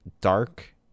dark